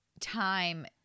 time